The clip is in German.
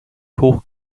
hoch